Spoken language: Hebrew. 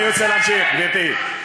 אני רוצה להמשיך, גברתי.